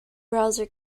browser